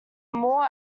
more